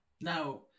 now